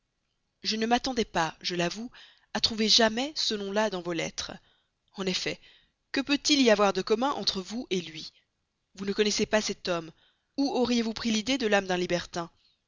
je ne m'attendais pas je l'avoue à trouver jamais ce nom-là dans vos lettres en effet que peut-il y avoir de commun entre vous lui vous ne connaissez pas cet homme où auriez-vous pris l'idée de l'âme d'un libertin